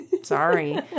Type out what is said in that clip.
Sorry